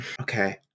okay